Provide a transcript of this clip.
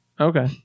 Okay